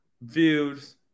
views